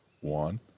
one